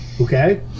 Okay